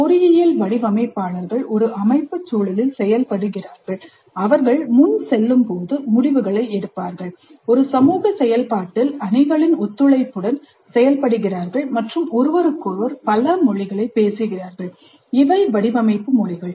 பொறியியல் வடிவமைப்பாளர்கள் ஒரு அமைப்பு சூழலில் செயல்படுகிறார்கள் அவர்கள் முன் செல்லும் போது முடிவுகளை எடுப்பார்கள் ஒரு சமூக செயல்பாட்டில் அணிகளின் ஒத்துழைப்புடன் செயல்படுகிறார்கள் மற்றும் ஒருவருக்கொருவர் பல மொழிகளைப் பேசுகிறார்கள் இவை வடிவமைப்பு மொழிகள்